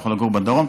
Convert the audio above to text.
אתה יכול לגור בדרום,